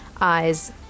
Eyes